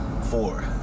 four